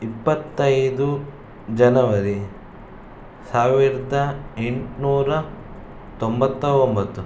ಇಪ್ಪತ್ತೈದು ಜನವರಿ ಸಾವಿರದ ಎಂಟುನೂರ ತೊಂಬತ್ತ ಒಂಬತ್ತು